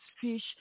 fish